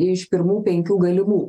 iš pirmų penkių galimų